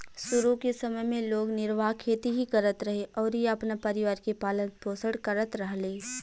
शुरू के समय में लोग निर्वाह खेती ही करत रहे अउरी अपना परिवार के पालन पोषण करत रहले